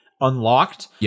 unlocked